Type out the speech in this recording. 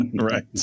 Right